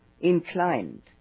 inclined